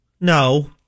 No